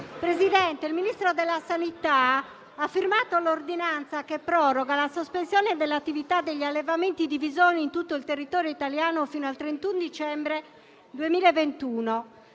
Presidente, il Ministro della salute ha firmato l'ordinanza che proroga la sospensione dell'attività degli allevamenti di visoni in tutto il territorio italiano fino al 31 dicembre 2021.